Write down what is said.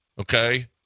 okay